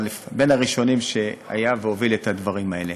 אבל בין הראשונים שהיה והוביל את הדברים האלה.